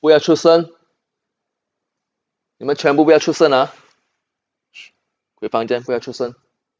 不要出声 你们全部不要出声:ni men quan bu yao chu sheng ah 回房间不要出声